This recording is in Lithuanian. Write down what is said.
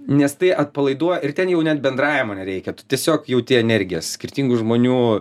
nes tai atpalaiduoja ir ten jau net bendravimo nereikia tu tiesiog jauti energiją skirtingų žmonių